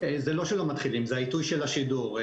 זה לא שלא מתחילים, זה העיתוי של השידור.